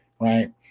right